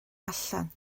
allan